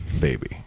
baby